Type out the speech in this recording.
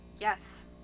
Yes